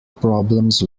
problems